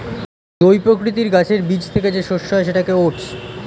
জই প্রকৃতির গাছের বীজ থেকে যে শস্য হয় সেটাকে ওটস